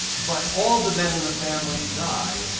but all the men in the family die,